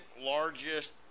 largest